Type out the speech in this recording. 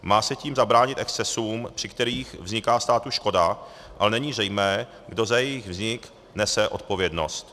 Má se tím zabránit excesům, při kterých vzniká státu škoda, ale není zřejmé, kdo za její vznik nese odpovědnost.